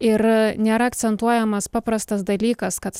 ir nėra akcentuojamas paprastas dalykas kad